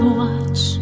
watch